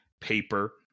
paper